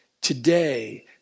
Today